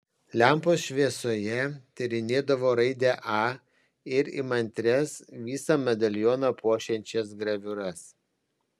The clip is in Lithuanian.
lempos šviesoje tyrinėdavo raidę a ir įmantrias visą medalioną puošiančias graviūras